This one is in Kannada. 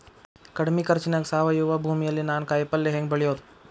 ಕಡಮಿ ಖರ್ಚನ್ಯಾಗ್ ಸಾವಯವ ಭೂಮಿಯಲ್ಲಿ ನಾನ್ ಕಾಯಿಪಲ್ಲೆ ಹೆಂಗ್ ಬೆಳಿಯೋದ್?